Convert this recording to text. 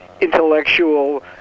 intellectual